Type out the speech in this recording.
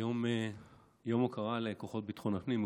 זהו יום הוקרה לכוחות ביטחון הפנים,